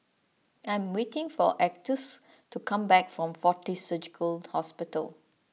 I am waiting for Atticus to come back from Fortis Surgical Hospital